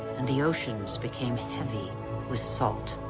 and the oceans became heavy with salt.